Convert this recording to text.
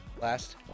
Last